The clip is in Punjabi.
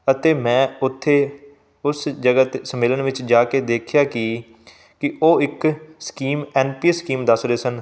ਅਤੇ ਮੈਂ ਉੱਥੇ ਉਸ ਜਗ੍ਹਾ 'ਤੇ ਸੰਮੇਲਨ ਵਿੱਚ ਜਾ ਕੇ ਦੇਖਿਆ ਕਿ ਕਿ ਉਹ ਇੱਕ ਸਕੀਮ ਐਨਪੀਐੱਸ ਸਕੀਮ ਦੱਸ ਰਹੇ ਸਨ